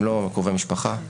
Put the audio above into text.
הם לא קרובי משפחה.